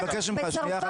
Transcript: אני מבקש ממך שנייה אחת.